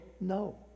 No